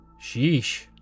Sheesh